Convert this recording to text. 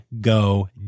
go